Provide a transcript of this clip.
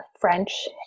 French